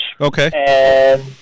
Okay